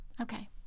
Okay